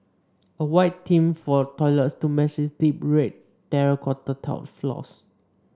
a white theme for the toilets to match its deep red terracotta tiled floors